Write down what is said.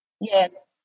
Yes